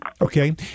Okay